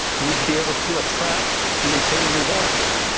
we need to be able to attract and retain new doctors.